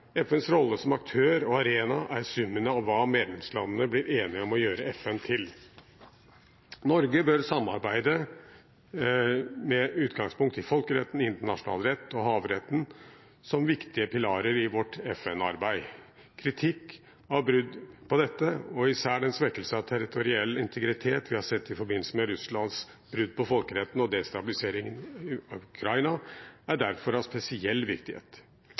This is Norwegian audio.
FNs rolle som aktør og arena er summen av hva medlemslandene blir enige om å gjøre FN til. Norge bør samarbeide med utgangspunkt i folkeretten, internasjonal rett og havretten som viktige pilarer i vårt FN-arbeid. Kritikk av brudd på dette og især den svekkelsen av territoriell integritet vi har sett i forbindelse med Russlands brudd på folkeretten og destabiliseringen av Ukraina, er derfor av spesiell viktighet.